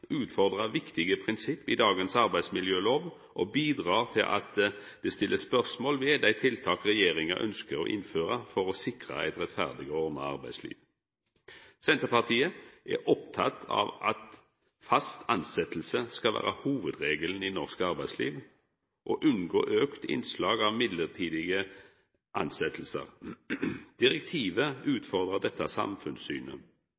utfordrar viktige prinsipp i dagens arbeidsmiljølov og bidreg til at det blir stilt spørsmål ved dei tiltaka regjeringa ønskjer å innføra for å sikra eit rettferdig og ordna arbeidsliv. Vi i Senterpartiet er opptekne av at fast tilsetjing skal vera hovudregelen i norsk arbeidsliv og av å unngå auka innslag av mellombelse tilsetjingar. Direktivet